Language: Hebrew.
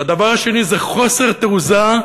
והדבר השני זה חוסר תעוזה,